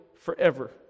forever